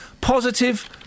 positive